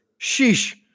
Sheesh